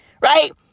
Right